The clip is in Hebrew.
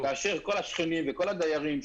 וכאשר כל השכנים וכל הדיירים,